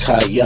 High